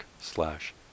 slash